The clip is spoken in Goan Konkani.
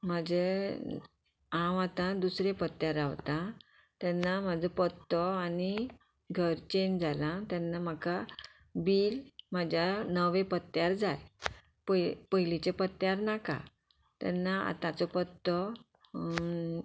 म्हाजे हांव आतां दुसरे पत्त्यार रावतां तेन्ना म्हाजो पत्तो आनी घर चेंज जाला तेन्ना म्हाका बील म्हाज्या नवे पत्त्यार जाय पय पयलीच्या पत्त्यार नाका तेन्ना आतांचो पत्तो